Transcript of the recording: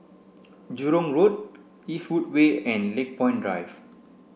Jurong Road Eastwood Way and Lakepoint Drive